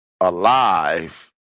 alive